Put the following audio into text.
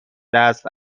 دست